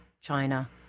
China